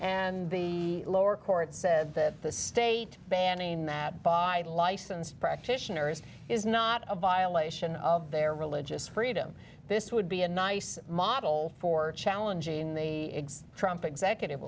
and the lower court said that the state banning that by licensed practitioners is not a violation of their religious freedom this would be a nice model for challenging the trump executive